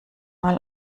mal